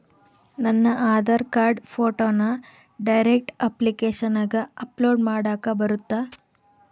ನನ್ನ ಆಧಾರ್ ಕಾರ್ಡ್ ಫೋಟೋನ ಡೈರೆಕ್ಟ್ ಅಪ್ಲಿಕೇಶನಗ ಅಪ್ಲೋಡ್ ಮಾಡಾಕ ಬರುತ್ತಾ?